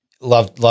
Love